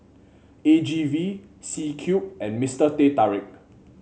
A G V C Cube and Mister Teh Tarik